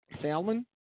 Salmon